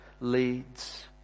leads